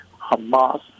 Hamas